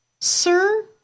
Sir